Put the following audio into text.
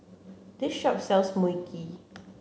this shop sells Mui Kee